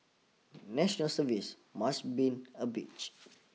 national service must been a bitch